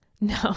No